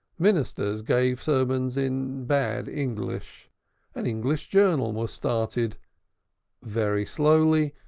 ministers gave sermons in bad english an english journal was started very slowly,